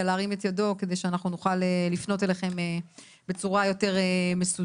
להרים את ידו כדי שאנחנו נוכל לפנות אליכם בצורה יותר מסודרת.